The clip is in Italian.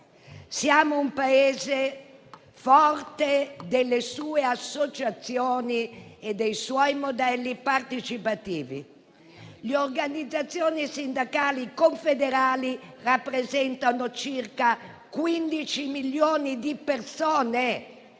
Siamo un Paese forte delle sue associazioni e dei suoi modelli partecipativi: le organizzazioni sindacali confederali rappresentano circa 15 milioni di persone